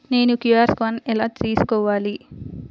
నేను QR scan ఎలా తీసుకోవాలి?